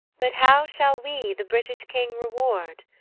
but how shall we the british king reward!